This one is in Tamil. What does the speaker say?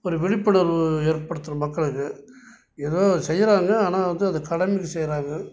ஒரு விழிப்புணர்வு ஏற்படுத்தணும் மக்களுக்கு எதோ செய்கிறாங்க ஆனால் வந்து அது கடமைக்கு செய்கிறாங்க